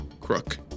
crook